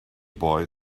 boy